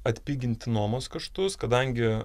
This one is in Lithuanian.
atpiginti nuomos kaštus kadangi